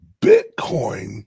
Bitcoin